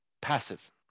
passive